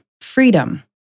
freedom